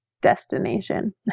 destination